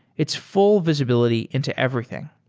it's full visibility into everything.